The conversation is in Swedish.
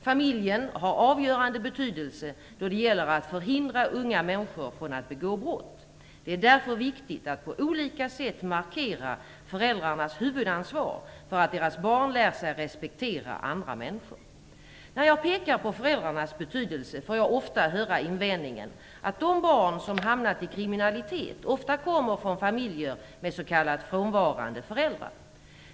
Familjen har avgörande betydelse då det gäller att förhindra unga människor från att begå brott. Därför är det viktigt att på olika sätt markera föräldrarnas huvudansvar för att deras barn lär sig respektera andra människor. När jag pekar på föräldrarnas betydelse får jag ofta höra invändningen att de barn som hamnat i kriminalitet ofta kommer från familjer med s.k. frånvarande föräldrar.